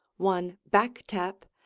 one back-tap,